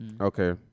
Okay